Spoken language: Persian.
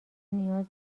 نیاز